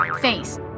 face